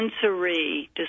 sensory